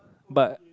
but